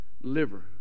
liver